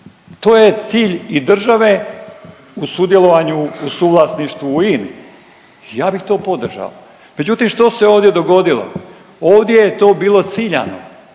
To je cilj i države u sudjelovanju u suvlasništvu u INA-i i ja bih to podržao. Međutim, što se ovdje dogodilo? Ovdje je to bilo ciljano